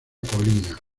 colina